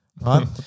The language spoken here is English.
right